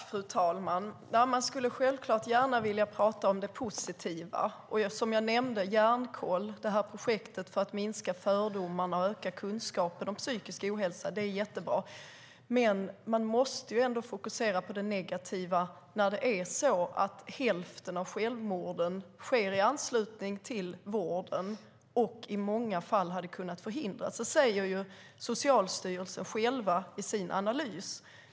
Fru talman! Man skulle självklart gärna vilja prata om det positiva. Projektet Hjärnkoll för att minska fördomar och öka kunskapen om psykisk ohälsa är jättebra. Men man måste ändå fokusera på det negativa när hälften av självmorden sker i anslutning till vården och i många fall hade kunnat förhindras. Så säger ju Socialstyrelsen själv i sin analys.